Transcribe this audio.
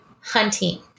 hunting